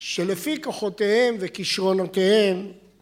שלפי כוחותיהם וכישרונותיהם